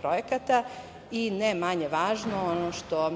projekata. Ne manje važno ono što,